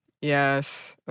Yes